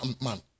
man